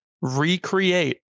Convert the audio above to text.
recreate